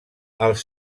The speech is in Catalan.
els